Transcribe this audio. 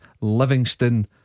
Livingston